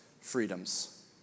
freedoms